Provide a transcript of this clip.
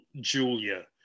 julia